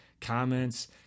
comments